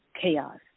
chaos